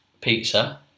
pizza